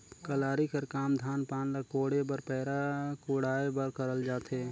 कलारी कर काम धान पान ल कोड़े बर पैरा कुढ़ाए बर करल जाथे